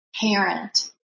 parent